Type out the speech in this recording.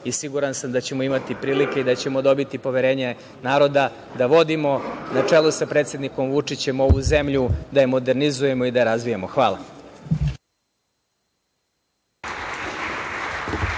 i siguran sam da ćemo imati prilike i da ćemo dobiti poverenje naroda da vodimo, na čelu sa predsednikom Vučićem, ovu zemlju, da je modernizujemo i da je razvijamo. Hvala.